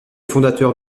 fondateurs